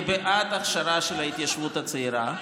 אני בעד ההכשרה של ההתיישבות הצעירה.